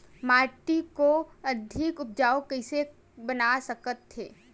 माटी को अधिक उपजाऊ कइसे बना सकत हे?